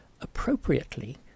Appropriately